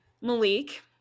malik